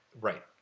Right